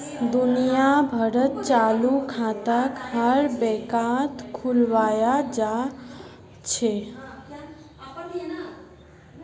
दुनिया भरत चालू खाताक हर बैंकत खुलवाया जा छे